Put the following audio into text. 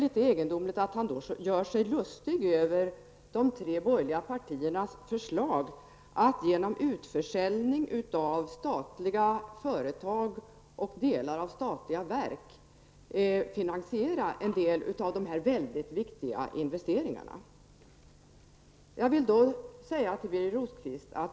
Det egendomliga är att han gör sig så lustig över de tre borgerliga partiernas förslag att med hjälp av utförsäljning av statliga företag och delar av statliga verk finansiera en del av dehär viktiga investeringarna.